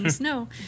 No